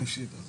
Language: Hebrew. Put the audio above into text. אז